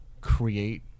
create